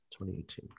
2018